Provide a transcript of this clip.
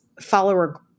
follower